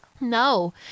No